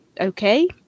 okay